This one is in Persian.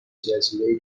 جزیره